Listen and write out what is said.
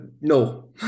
No